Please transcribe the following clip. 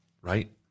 right